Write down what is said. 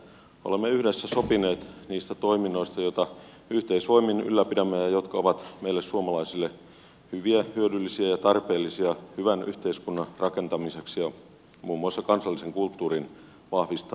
olemme yhdessä sopineet niistä toiminnoista joita yhteisvoimin ylläpidämme ja jotka ovat meille suomalaisille hyviä hyödyllisiä ja tarpeellisia hyvän yhteiskunnan rakentamiseksi ja muun muassa kansallisen kulttuurin vahvistamiseksi